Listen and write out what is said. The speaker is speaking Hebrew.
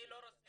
אני לא רוצה,